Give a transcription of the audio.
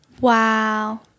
wow